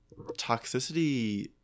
toxicity